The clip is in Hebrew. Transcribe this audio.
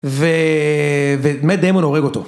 ו... ומד דמון הורג אותו.